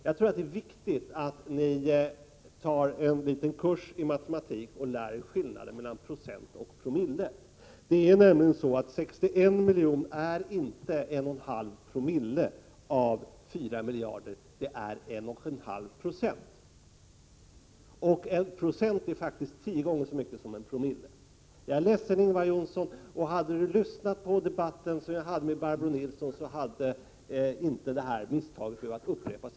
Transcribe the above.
Jag tror att det är viktigt att ni går på kurs i matematik och lär er skillnaden mellan procent och promille. 61 miljoner är inte 1,5 Ko av 4 miljarder, utan det är 1,5 20. 1 Fo är faktiskt tio gånger mer än 1 Joo. Jag beklagar, Ingvar Johnsson. Om Ingvar Johnsson hade lyssnat på den debatt som jag hade med Barbro Nilsson, skulle inte det här misstaget ha behövt upprepas.